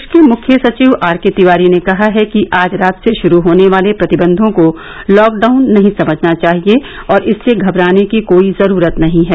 प्रदेश के मुख्य सचिव आर के तिवारी ने कहा है कि आज रात से शुरू होने वाले प्रतिबंधों को लाकडाउन नहीं समझना चाहिए और इससे घदराने की कोई जरूरत नहीं है